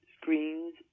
screens